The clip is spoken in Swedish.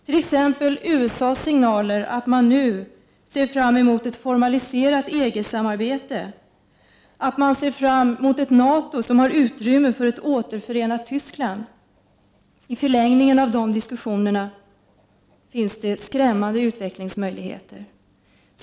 Ett exempel är USA:s signaler om att man nu i USA ser fram emot ett formaliserat EG-samarbete, att man ser fram emot ett NATO med utrymme för ett återförenat Tyskland. I förlängningen av dessa diskussioner finns skrämmande utvecklingsmöjligheter.